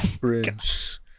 Bridge